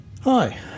hi